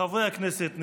חברי הכנסת,